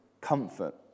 comfort